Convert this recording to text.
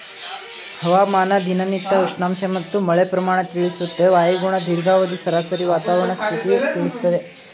ಹವಾಮಾನ ದಿನನಿತ್ಯ ಉಷ್ಣಾಂಶ ಮತ್ತು ಮಳೆ ಪ್ರಮಾಣ ತಿಳಿಸುತ್ತೆ ವಾಯುಗುಣ ದೀರ್ಘಾವಧಿ ಸರಾಸರಿ ವಾತಾವರಣ ಸ್ಥಿತಿ ತಿಳಿಸ್ತದೆ